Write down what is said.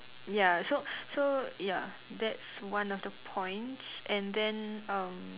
ya so so ya that's one of the points and then um